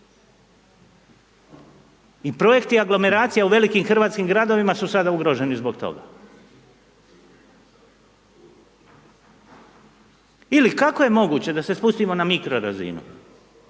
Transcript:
I projekti aglomeracija u velikim hrvatskim gradovima su sada ugroženi zbog toga. Ili kako je moguće da se spustimo na mikrorazinu?